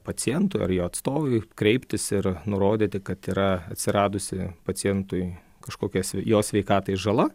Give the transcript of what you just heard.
pacientui ar jo atstovui kreiptis ir nurodyti kad yra atsiradusi pacientui kažkokia jo sveikatai žala